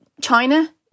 China